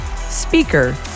speaker